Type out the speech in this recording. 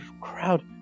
crowd